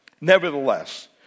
Nevertheless